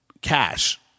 cash